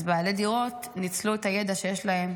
אז בעלי דירות ניצלו את הידע שיש להם